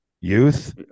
Youth